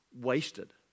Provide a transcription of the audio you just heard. wasted